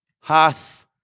hath